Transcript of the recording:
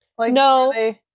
No